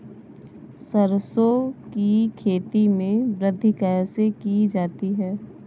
सरसो की खेती में वृद्धि कैसे की जाती है?